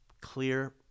clear